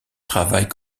travaille